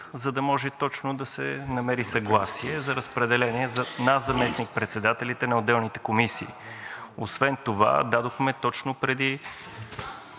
за да може точно да се намери съгласие за разпределение на заместник-председателите на отделните комисии. Освен това точно преди